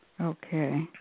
Okay